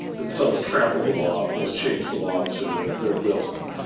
themselves trample the law or change the law to their will.